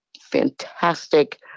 fantastic